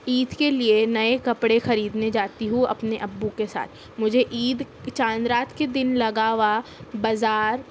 عید کے لئے نئے کپڑے خریدنے جاتی ہوں اپنے ابو کے ساتھ مجھے عید چاند رات کے دِن لگا ہُوا بازار